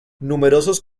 numerosos